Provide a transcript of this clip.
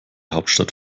hauptstadt